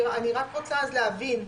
אני רק רוצה אז להבין,